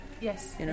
Yes